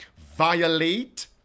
violate